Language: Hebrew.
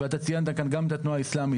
ואתה ציינת כאן גם את התנועה האסלמית.